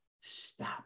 stop